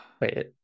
Wait